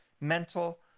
mental